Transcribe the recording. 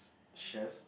chest